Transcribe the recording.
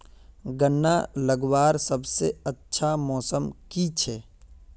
गन्ना लगवार सबसे अच्छा मौसम की छे?